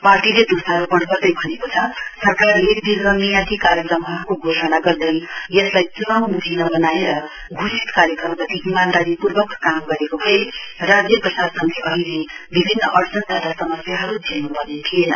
पार्टीले दोषारोपन गर्दै भनेको छ सरकारले दीर्घमियादी कार्यक्रमहरुको घोषणा गर्दै यसलाई चुनाउमुखी नबनाएर घोषित कार्यक्रमप्रति ईमानदारी पूर्वक काम गरेको भए राज्य प्रशासनले अहिले विभिन्न अड़चन तथा समस्याहरु झेल्नु पर्ने थिएन